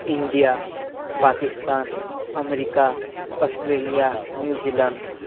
India Pakistan America Australia New Zealand